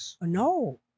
No